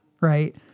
Right